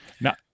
now